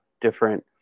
different